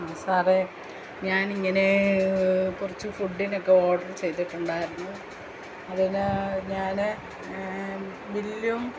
സാറേ ഞാനിങ്ങനെ കുറച്ചു ഫുഡിനോക്കെ ഓർഡര് ചെയ്തിട്ടുണ്ടായിരുന്നു അതിന് ഞാന് ബില്ലും